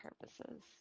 purposes